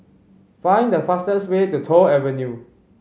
find the fastest way to Toh Avenue